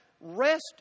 rest